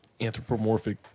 Anthropomorphic